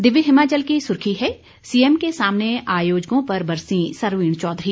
दिव्य हिमाचल की सुर्खी है सीएम के सामने आयोजकों पर बरसीं सरवीण चौधरी